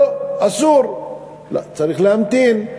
לא, אסור, צריך להמתין,